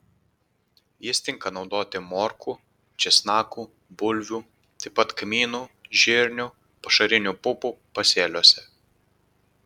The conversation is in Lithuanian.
jis tinka naudoti morkų česnakų bulvių taip pat kmynų žirnių pašarinių pupų pasėliuose